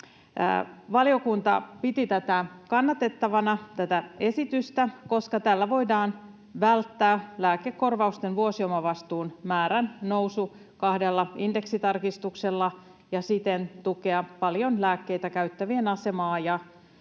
Valiokunta piti kannatettavana tätä esitystä, koska tällä voidaan välttää lääkekorvausten vuosiomavastuun määrän nousu kahdella indeksitarkistuksella ja siten tukea paljon lääkkeitä käyttävien asemaa.